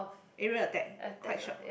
aerial attack quite short